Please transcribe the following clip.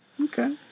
Okay